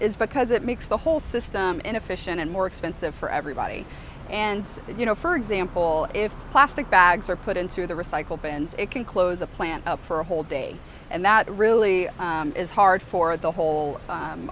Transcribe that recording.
is because it makes the whole system inefficient and more expensive for everybody and you know for example if plastic bags are put into the recycle bin it can close a plant up for a whole day and that really is hard for the whole